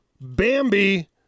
Bambi